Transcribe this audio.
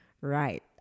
Right